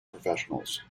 professionals